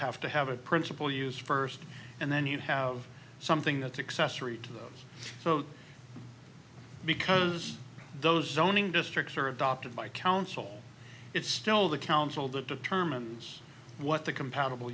have to have a principal use first and then you have something that's accessory to those because those zoning districts are adopted by council it's still the council that determines what the compatible